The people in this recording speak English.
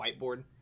whiteboard